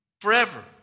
forever